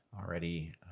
already